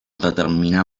determinar